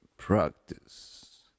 practice